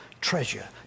treasure